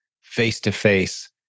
face-to-face